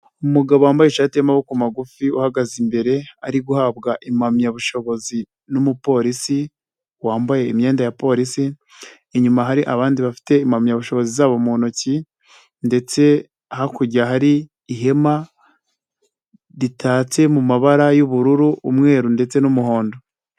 Umugabo wambaye ishati y'amaboko magufi, uhagaze imbere, ari guhabwa impamyabushobozi n'umupolisi, wambaye imyenda ya polisi, inyuma hari abandi bafite impamyabushobozi zabo mu ntoki ndetse hakurya hari ihema ritatse mabara y'ubururu, umweru ndetse n'umuhondo.